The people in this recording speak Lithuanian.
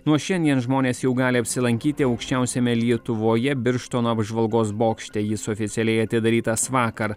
nuo šiandien žmonės jau gali apsilankyti aukščiausiame lietuvoje birštono apžvalgos bokšte jis oficialiai atidarytas vakar